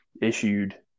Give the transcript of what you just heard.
issued